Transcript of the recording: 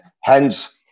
hence